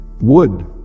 Wood